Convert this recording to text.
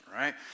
Right